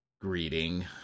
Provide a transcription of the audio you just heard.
greeting